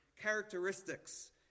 characteristics